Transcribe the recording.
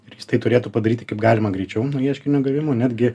ir jis tai turėtų padaryti kaip galima greičiau nuo ieškinio gavimo netgi